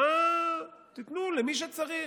תיתנו למי שצריך.